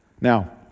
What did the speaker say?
Now